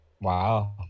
wow